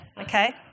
okay